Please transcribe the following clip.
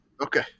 Okay